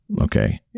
Okay